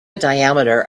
diameter